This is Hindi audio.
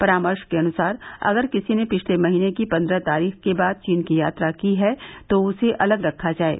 परामर्श के अनुसार अगर किसी ने पिछले महीने की पन्द्रह तारीख के बाद चीन की यात्रा की है तो उसे अलग रखा जाये